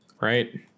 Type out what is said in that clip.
right